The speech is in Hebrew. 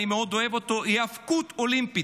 אני מאוד אוהב אותו: היאבקות אולימפית.